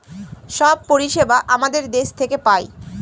সব পরিষেবা আমাদের দেশ থেকে পায়